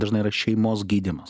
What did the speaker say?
dažnai yra šeimos gydymas